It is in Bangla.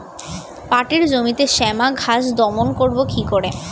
পাটের জমিতে শ্যামা ঘাস দমন করবো কি করে?